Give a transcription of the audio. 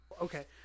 Okay